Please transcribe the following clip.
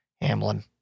Hamlin